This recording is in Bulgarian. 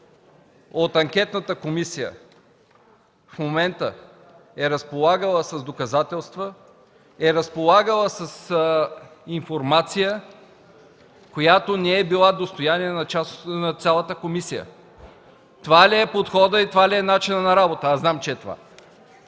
от анкетната комисия към момента е разполагала с доказателства, разполагала с информация, която не е била достояние на цялата комисия. Това ли подходът и начинът на работа – аз знам, че е това,